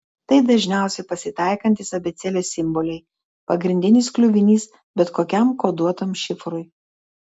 tai dažniausiai pasitaikantys abėcėlės simboliai pagrindinis kliuvinys bet kokiam koduotam šifrui